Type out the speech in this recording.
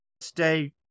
stay